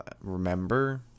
remember